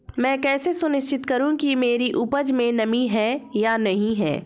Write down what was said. मैं कैसे सुनिश्चित करूँ कि मेरी उपज में नमी है या नहीं है?